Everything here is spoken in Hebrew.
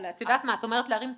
את יודעת מה, להרים טלפון,